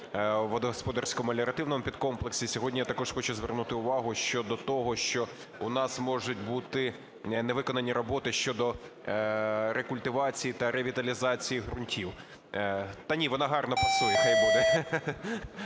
водогосподарському меліоративному підкомплексі. Сьогодні я також хочу звернути увагу щодо того, що у нас можуть бути не виконані роботи щодо рекультивації та ревіталізації грантів. Я хотів би звернути увагу на те,